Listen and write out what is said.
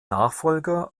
nachfolger